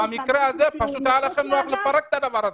במקרה הזה היה לכם פשוט נוח לפרק את הדבר הזה.